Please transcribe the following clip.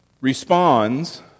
responds